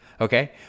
okay